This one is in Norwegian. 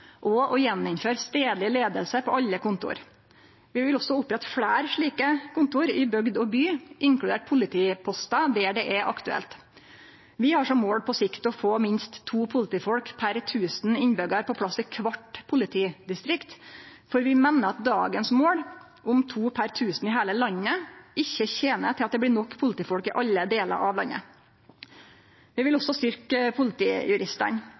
og igjen å innføre stadleg leiing på alle kontor. Vi vil også opprette fleire slike kontor i bygd og by, inkludert politipostar der det er aktuelt. Vi har som mål på sikt å få minst to politifolk per tusen innbyggjarar på plass i kvart politidistrikt, for vi meiner at dagens mål om to per tusen i heile landet ikkje tener til at det blir nok politifolk i alle delar av landet. Vi vil